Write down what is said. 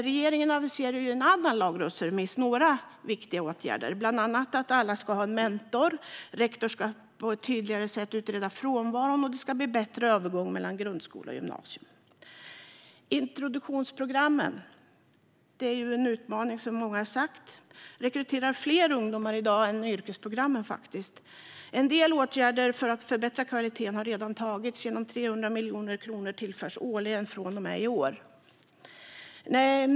Regeringen aviserar en annan lagrådsremiss om några viktiga åtgärder, bland annat att alla ska ha en mentor, att rektor på ett tydligare sätt ska utreda frånvaro och att det ska bli en bättre övergång mellan grundskola och gymnasium. Introduktionsprogrammen är, som många har sagt, en utmaning. De rekryterar i dag fler ungdomar än yrkesprogrammen. En del åtgärder för att förbättra kvaliteten har redan vidtagits genom att 300 miljoner kronor tillförs årligen från och med i år.